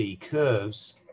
curves